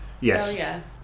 Yes